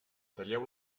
talleu